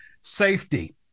safety